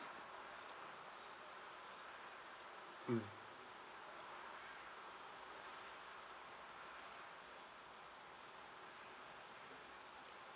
mm